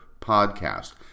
podcast